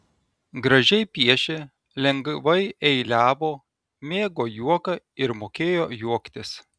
gražiai piešė lengvai eiliavo mėgo juoką ir mokėjo juoktis